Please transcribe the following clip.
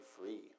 free